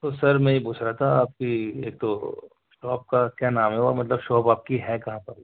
تو سر میں یہ پوچھ رہا تھا آپ کی ایک تو آپ شاپ کا کیا نام ہے وہ مطلب شاپ آپ کی ہے کہاں پر